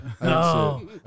No